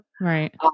right